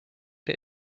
der